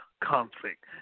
conflict